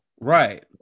Right